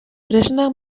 tresna